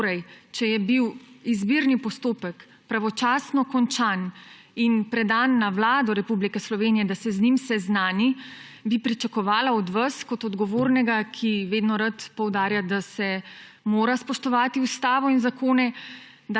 Torej, če je bil izbirni postopek pravočasno končan in predan na Vlado Republike Slovenije, da se z njim seznani, bi pričakovala od vas kot odgovornega, ki vedno rad poudarja, da se morajo spoštovati ustava in zakoni,